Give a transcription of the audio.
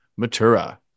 Matura